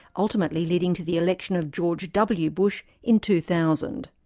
ultimately leading to the election of george w. bush in two thousand.